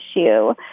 issue